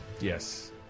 Yes